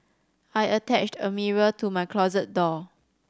I attached a mirror to my closet door